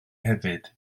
hefyd